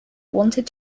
wanted